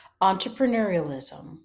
entrepreneurialism